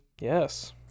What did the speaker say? Yes